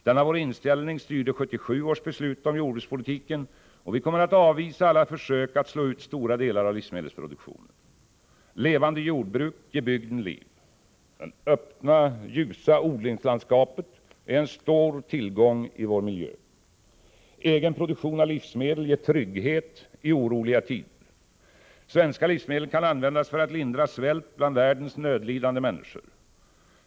Denna vår inställning styrde 1977 års beslut om jordbrukspolitiken, och vi kommer att avvisa alla försök att slå ut stora delar av livsmedelsproduktionen. Levande jordbruk ger bygden liv. Det öppna ljusa odlingslandskapet är en stor tillgång i vår miljö. Egen produktion av livsmedel ger trygghet i oroliga tider. Svenska livsmedel kan användas för att lindra svält bland världens nödlidande människor.